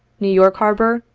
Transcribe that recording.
new york harbor,